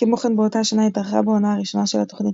כמו כן באותה השנה התארחה בעונה הראשונה של התוכנית